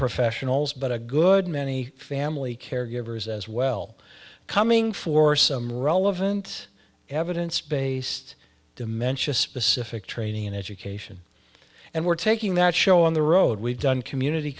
professionals but a good many family caregivers as well coming for some relevant evidence based dementia specific training and education and we're taking that show on the road we've done community